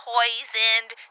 Poisoned